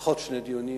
לפחות שני דיונים,